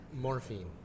morphine